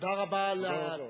תודה רבה, תודה.